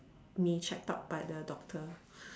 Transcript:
me checked out by the doctor